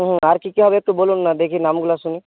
হুম আর কি কি হবে একটু বলুন না দেখি নামগুলো শুনি